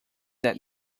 that